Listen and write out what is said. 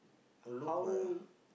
look b~